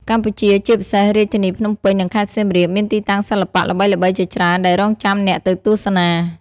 កម្ពុជា ជាពិសេសរាជធានីភ្នំពេញ និងខេត្តសៀមរាប មានទីតាំងសិល្បៈល្បីៗជាច្រើនដែលរង់ចាំអ្នកទៅទស្សនា។